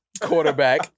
quarterback